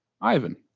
Ivan